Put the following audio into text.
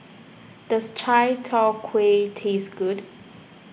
does Chai Tow Kuay taste good